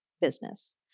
business